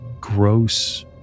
gross